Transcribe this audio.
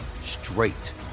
straight